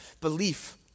belief